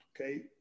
Okay